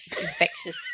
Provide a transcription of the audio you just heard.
infectious